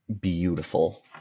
beautiful